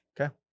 Okay